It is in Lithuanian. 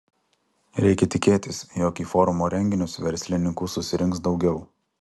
reikia tikėtis jog į forumo renginius verslininkų susirinks daugiau